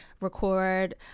record